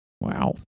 Wow